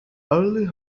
early